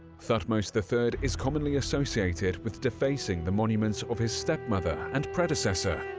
thutmose the third is commonly associated with defacing the monuments of his stepmother and predecessor,